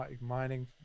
mining